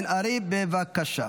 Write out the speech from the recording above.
אינו נוכח,